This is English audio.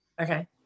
Okay